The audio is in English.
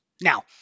Now